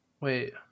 Wait